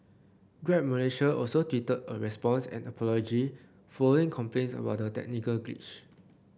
Grab Malaysia also tweeted a response and apology following complaints about the technical glitch